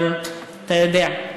אבל אתה יודע,